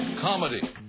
Comedy